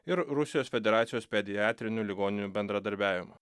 ir rusijos federacijos pediatrinių ligoninių bendradarbiavimo